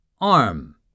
Arm